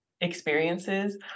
experiences